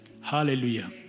Hallelujah